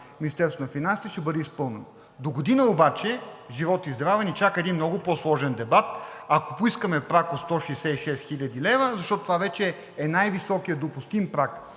Министерството на финансите ще бъде изпълнено. Догодина обаче, живот и здраве, ни чака един много по сложен дебат, ако поискаме праг от 166 хил. лв., защото това вече е най-високият допустим праг